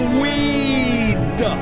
weed